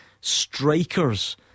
Strikers